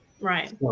Right